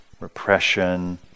Repression